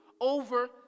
over